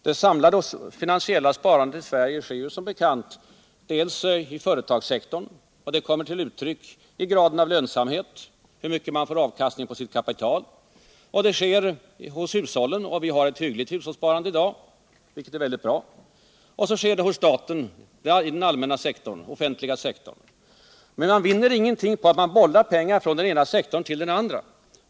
Det samlade finansiella sparandet i Sverige sker som bekant dels i företagssektorn, där det kommer till uttryck i graden av lönsamhet, hur stor avkastningen blir på kapitalet, dels hos hushållen, där vi har ett hyggligt sparande, vilket är bra, dels också hos staten i den offentliga sektorn. Men man vinner ingenting på att bolla pengar från den ena sektorn till den andra.